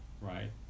right